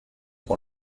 pour